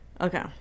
Okay